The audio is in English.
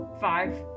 five